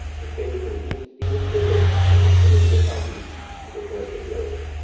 the carriers continue to steam into the wind, which is coming from the southeast, to prepare for the air raid.